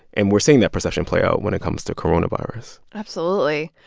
and we're seeing that perception play out when it comes to coronavirus absolutely.